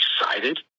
excited